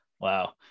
Wow